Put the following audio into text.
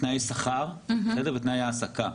תנאי שכר ותנאי העסקה.